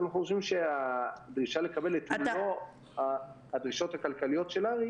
אנחנו חושבים שהדרישה לקבל את מלוא הדרישות הכלכליות של הר"י,